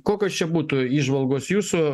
kokios čia būtų įžvalgos jūsų